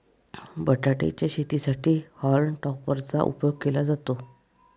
बटाटे च्या शेतीसाठी हॉल्म टॉपर चा उपयोग केला जातो